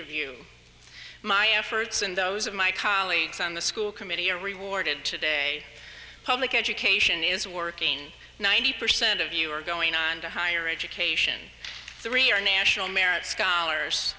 you my efforts and those of my colleagues on the school committee are rewarded today public education is working ninety percent of you are going on to higher education three our national merit scholars